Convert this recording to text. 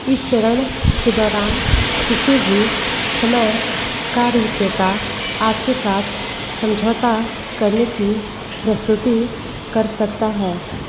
इस चरण के दौरान किसी भी समय कार विक्रेता आपके साथ समझौता करने की प्रस्तुति कर सकता है